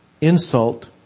insult